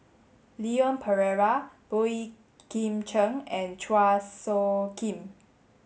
Leon Perera Boey Kim Cheng and Chua Soo Khim